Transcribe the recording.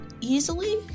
easily